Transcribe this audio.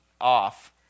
off